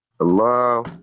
hello